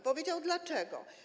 Powiedział dlaczego.